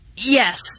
Yes